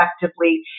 effectively